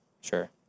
Sure